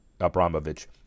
Abramovich